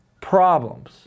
problems